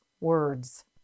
words